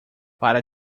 para